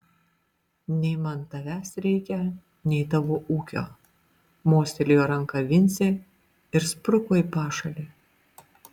nei man tavęs reikia nei tavo ūkio mostelėjo ranka vincė ir spruko į pašalį